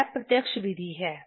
यह प्रत्यक्ष विधि है